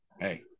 Hey